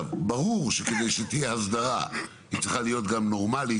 ברור שכדי שתהיה הסדרה היא גם צריכה להיות נורמלית,